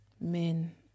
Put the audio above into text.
Men